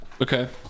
okay